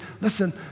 listen